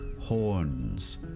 horns